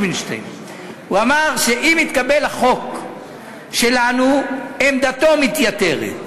הוא אמר שאם יתקבל החוק שלנו, עמדתו מתייתרת.